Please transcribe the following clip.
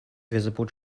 visible